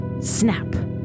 Snap